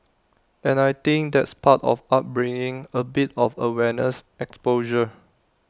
and I think that's part of upbringing A bit of awareness exposure